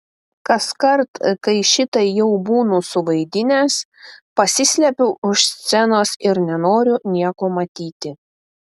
kaskart kai šitai jau būnu suvaidinęs pasislepiu už scenos ir nenoriu nieko matyti